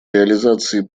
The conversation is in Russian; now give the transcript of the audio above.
реализации